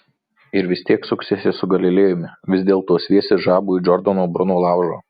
ir vis tiek suksiesi su galilėjumi vis dėlto sviesi žabų į džordano bruno laužą